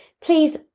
please